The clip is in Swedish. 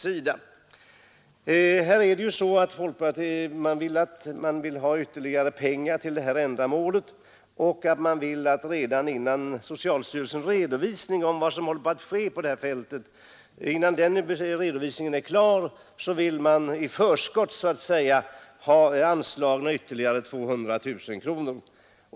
Motionärerna begär ökade anslag för detta ändamål. Redan innan socialstyrelsen är klar med sin redovisning av vad som håller på att ske på detta fält vill man i förskott ha ytterligare 200 000 kronor anslagna.